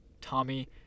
Tommy